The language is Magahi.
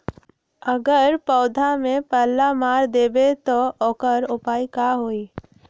अगर पौधा में पल्ला मार देबे त औकर उपाय का होई?